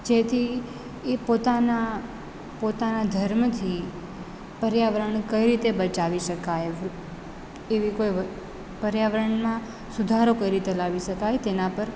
જેથી એ પોતાના પોતાના ધર્મથી પર્યાવરણ કઈ રીતે બચાવી શકાય એવી કોઈ પર્યાવરણમાં સુધારો કઈ રીતે લાવી શકાય તેના પર